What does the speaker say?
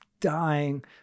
dying